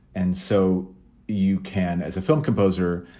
and so you can as a film composer,